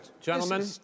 gentlemen